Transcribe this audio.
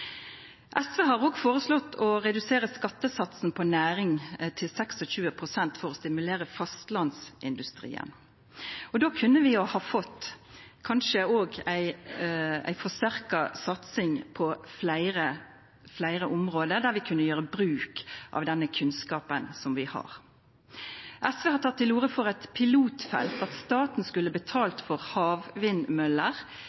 SV har også føreslått å redusera skattesatsen på næring til 26 pst. for å stimulera fastlandsindustrien. Då kunne vi kanskje ha fått ei forsterka satsing på fleire område, der vi kan gjera bruk av den kunnskapen som vi har. SV har teke til orde for eit pilotfelt, at staten skulle